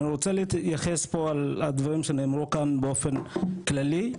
אני רוצה להתייחס פה על הדברים שנאמרו כאן באופן כללי,